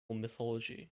mythology